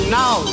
now